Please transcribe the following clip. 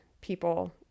people